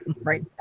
right